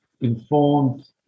informed